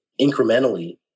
incrementally